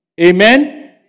Amen